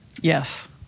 Yes